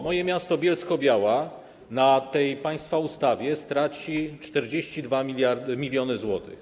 Moje miasto Bielsko-Biała na tej państwa ustawie straci 42 mln zł.